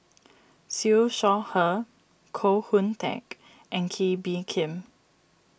Siew Shaw Her Koh Hoon Teck and Kee Bee Khim